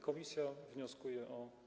Komisja wnioskuje o.